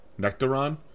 Nectaron